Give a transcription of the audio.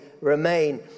remain